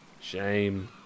Shame